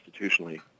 institutionally